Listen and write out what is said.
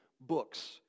books